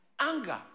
Anger